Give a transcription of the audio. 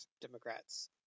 Democrats